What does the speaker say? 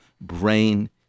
brain